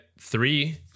three